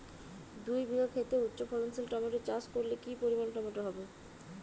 দুই বিঘা খেতে উচ্চফলনশীল টমেটো চাষ করলে কি পরিমাণ টমেটো হবে?